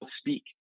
speak